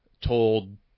told